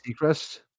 Seacrest